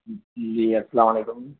جی السلام علیکم